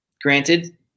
Granted